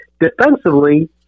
defensively